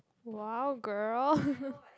!wow! girl